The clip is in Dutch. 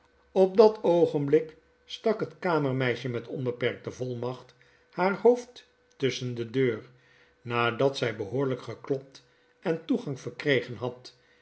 op dat oogenblik stak het kamermeisje met onbeperkte volmacht haar hoofd tusschen de deur nadat zij behoorlyk geklopt en toegang verkregen had